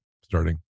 starting